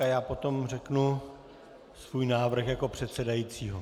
Já potom řeknu svůj návrh jako předsedající.